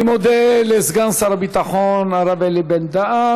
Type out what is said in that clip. אני מודה לסגן שר הביטחון הרב אלי בן-דהן.